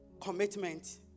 commitment